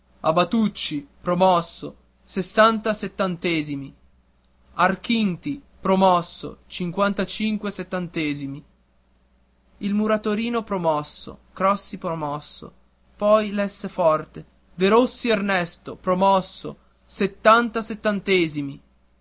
subito abatucci promosso sessanta settantesimi archini promosso cinquantacinque settantesimi il muratorino promosso crossi promosso poi lesse forte derossi ernesto promosso settanta settantesimi